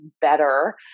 better